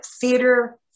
theater